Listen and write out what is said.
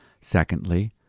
Secondly